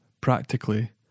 practically